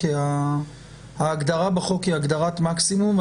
כי ההגדרה בחוק היא הגדרת מקסימום.